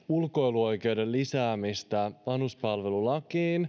ulkoiluoikeuden lisäämistä vanhuspalvelulakiin